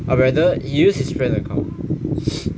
or rather he use his friend account